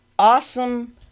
awesome